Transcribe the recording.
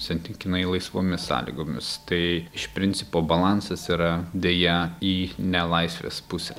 santykinai laisvomis sąlygomis tai iš principo balansas yra deja į nelaisvės pusę